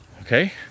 Okay